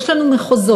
יש לנו מחוזות,